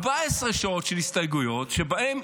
היו עוד 14 שעות של הסתייגויות שבהן,